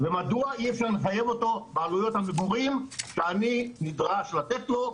ומדוע אי אפשר לחייב אותו בעלויות המגורים שאני נדרש לתת לו,